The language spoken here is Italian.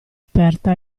aperta